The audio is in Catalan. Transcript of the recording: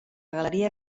galeria